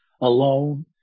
alone